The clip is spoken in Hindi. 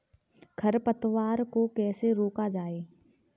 खरपतवार को कैसे रोका जाए?